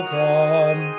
come